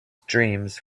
dreams